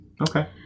Okay